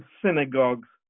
synagogues